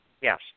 Yes